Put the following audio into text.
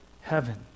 heaven